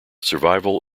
survival